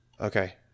Okay